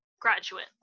graduate